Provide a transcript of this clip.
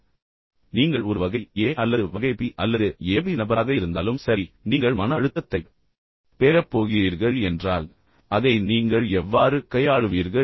இப்போது அடுத்த விஷயம் என்னவென்றால் நீங்கள் ஒரு வகை ஏ அல்லது வகை பி அல்லது ஏபி நபராக இருந்தாலும் சரி நீங்கள் மன அழுத்தத்தைப் பெறப் போகிறீர்கள் என்றால் அதை நீங்கள் எவ்வாறு கையாளுவீர்கள்